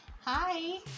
Hi